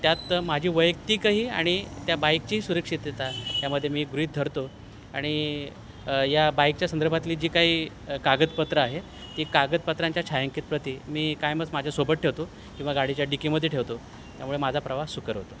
त्यात माझी वैयक्तिकही आणि त्या बाईकचीही सुरक्षितता त्यामध्ये मी गृहीत धरतो आणि या बाईकच्या संदर्भातली जी काही कागदपत्र आहे ती कागदपत्रांच्या छायंकित प्रती मी कायमच माझ्या सोबत ठेवतो किंवा गाडीच्या डिकीमध्ये ठेवतो त्यामुळे माझा प्रवास सुकर होतो